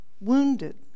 wounded